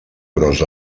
gros